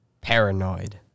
Paranoid